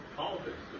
politics